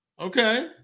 okay